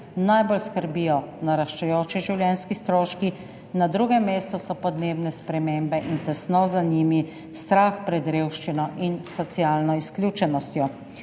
najbolj skrbijo naraščajoči življenjski stroški, na drugem mestu so podnebne spremembe in tesno za njimi strah pred revščino in socialno izključenostjo.